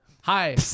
Hi